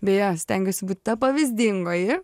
beje stengiuosi būt ta pavyzdingoji